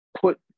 put